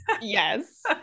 Yes